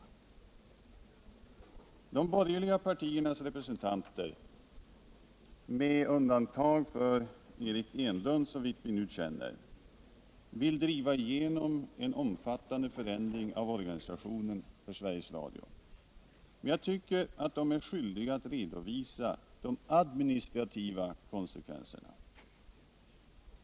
55 Radions och televisionens fortsatta De borgerliga partiernas representanter, med undantag för Eric Enlund såvitt vi nu känner till, vill driva igenom en omfattande förändring av organisationen för Sveriges Radio. Jag tycker att de då är skyldiga att redovisa de administrativa och ekonomiska konsekvenserna.